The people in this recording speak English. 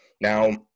Now